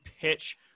pitch